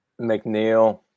McNeil